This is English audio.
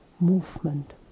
movement